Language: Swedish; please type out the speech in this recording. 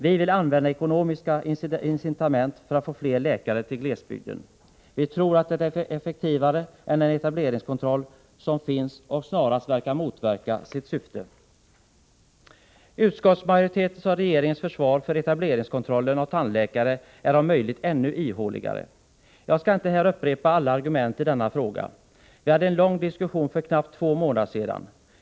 Vi vill använda ekonomiska incitament för att få fler läkare till glesbygden. Vi tror att det är effektivare än den etableringskontroll som finns och som snarast verkar motverka sitt syfte. Utskottsmajoritetens och regeringens försvar för etableringskontrollen av tandläkare är om möjligt ännu ihåligare. Jag skall inte här upprepa alla argument i denna fråga. Vi hade en lång diskussion för knappt två månader sedan.